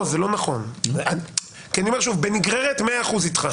מאה אחוז איתך.